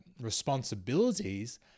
responsibilities